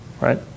Right